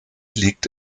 liegt